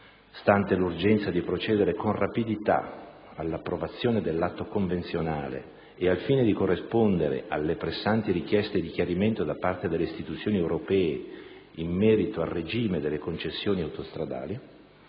stante l'urgenza di procedere con rapidità all'approvazione dell'atto convenzionale e al fine di corrispondere alle pressanti richieste di chiarimento da parte delle istituzioni europee in merito al regime delle concessioni autostradali,